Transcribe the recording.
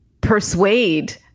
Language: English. persuade